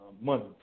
money